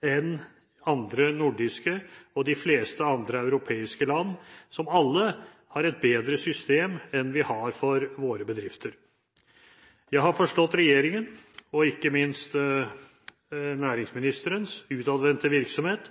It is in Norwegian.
enn andre nordiske – og de fleste andre europeiske – land, som alle har et bedre system enn vi har for våre bedrifter. Jeg har forstått regjeringens og ikke minst nærings- og handelsministerens utadvendte virksomhet